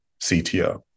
CTO